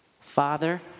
Father